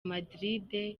madrid